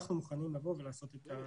אנחנו מוכנים לבוא ולעשות את הצד שלנו.